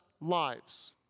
lives